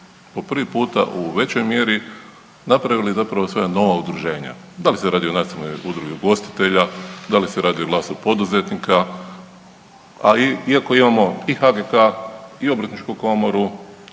po prvi puta u većoj mjeri napravili zapravo svoja nova udruženja, da li se radi o Nacionalnoj udrugu ugostitelja, da li se radi o Glasu poduzetnika, a iako imamo i HGK i Obrtničku komoru